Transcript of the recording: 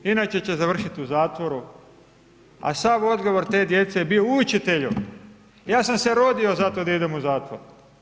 Inače će završiti u zatvoru, a sav odgovor te djece je bio učitelju, ja sam se rodio za to da idem u zatvor.